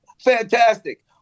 fantastic